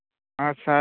hello